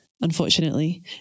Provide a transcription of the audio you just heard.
unfortunately